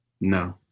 no